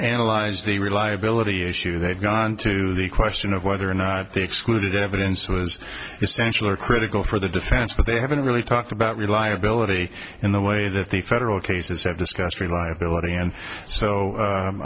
analyzed the reliability issue they've gone to the question of whether or not they excluded evidence was essential or critical for the defense but they haven't really talked about reliability in the way that the federal cases have discussed reliability and so